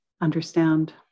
understand